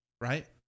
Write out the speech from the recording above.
Right